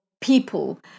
people